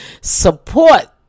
support